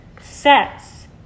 Sets